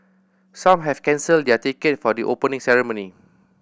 some have cancelled their ticket for the Opening Ceremony